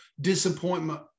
disappointment